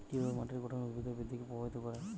কিভাবে মাটির গঠন উদ্ভিদের বৃদ্ধিকে প্রভাবিত করে?